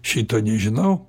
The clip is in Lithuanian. šito nežinau